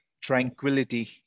tranquility